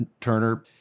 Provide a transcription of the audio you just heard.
Turner